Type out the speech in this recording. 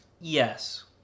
Yes